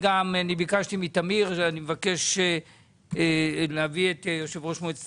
ביקשתי מטמיר כהן גם להזמין לכאן את יושב-ראש מועצת